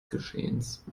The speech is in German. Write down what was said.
geschehens